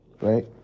right